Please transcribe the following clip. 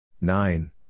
Nine